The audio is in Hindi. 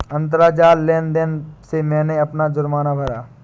अंतरजाल लेन देन से मैंने अपना जुर्माना भरा